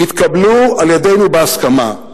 התקבלו על-ידינו בהסכמה.